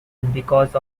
because